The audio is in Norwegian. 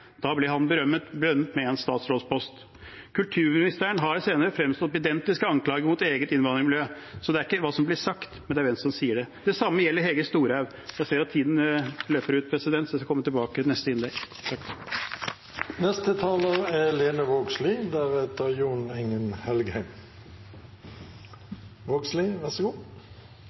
Kulturministeren har senere fremstått med identiske anklager mot eget innvandrermiljø, så det er ikke hva som blir sagt, men hvem som sier det. Det samme gjelder Hege Storhaug – jeg ser at tiden løper ut, så jeg skal komme tilbake til det i neste innlegg.